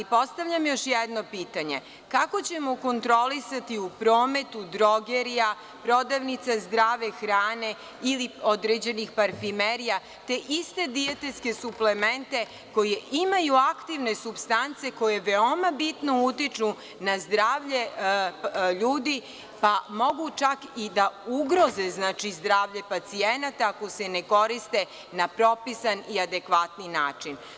Postavljam još jedno pitanje - kako ćemo kontrolisati u prometu drogerija, prodavnica zdrave hrane ili određenih parfimerija te iste dijetetske suplemente koje imaju aktivne supstance koje veoma bitno utiču na zdravlje ljudi, pa mogu čak i da ugroze zdravlje pacijenata ako se ne koriste na propisan i adekvatan način?